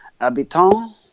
Habitants